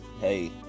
hey